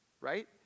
right